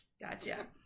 Gotcha